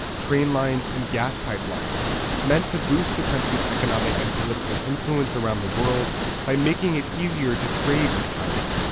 train lines, and gas pipelines meant to boost the country's economic and political influence around the world by making it easier to trade with china.